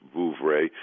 Vouvray